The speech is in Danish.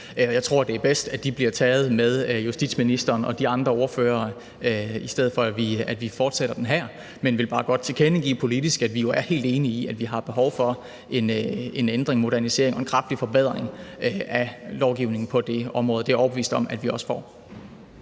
jeg tror, at det er bedst, at de bliver taget med justitsministeren og de andre ordførere, i stedet for at vi fortsætter dem her, men jeg vil bare godt tilkendegive politisk, at vi jo er helt enige i, at vi har behov for en ændring, modernisering og en kraftig forbedring af lovgivningen på det område. Det er jeg overbevist om at vi også får.